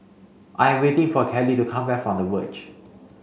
I am waiting for Kallie to come back from the Verge